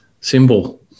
symbol